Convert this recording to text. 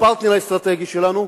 הפרטנר האסטרטגי שלנו,